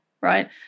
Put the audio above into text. right